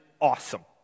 Awesome